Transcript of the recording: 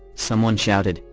someone shouted,